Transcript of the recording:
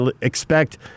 expect